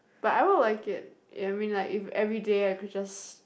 but I will like it ya I mean like if everyday I could just